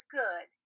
good